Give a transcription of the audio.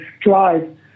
drive